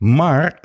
maar